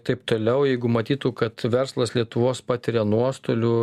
taip toliau jeigu matytų kad verslas lietuvos patiria nuostolių